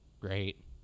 great